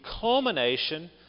culmination